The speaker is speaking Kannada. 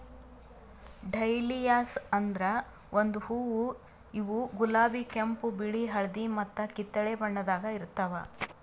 ಡಹ್ಲಿಯಾಸ್ ಅಂದುರ್ ಒಂದು ಹೂವು ಇವು ಗುಲಾಬಿ, ಕೆಂಪು, ಬಿಳಿ, ಹಳದಿ ಮತ್ತ ಕಿತ್ತಳೆ ಬಣ್ಣದಾಗ್ ಇರ್ತಾವ್